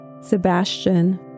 Sebastian